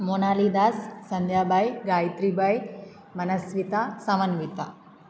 मोनालीदास् Sandhyabai गायत्रीबाय् Manasvita Samanvita